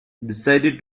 decided